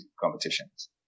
competitions